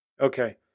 Okay